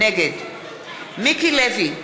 נגד מיקי לוי,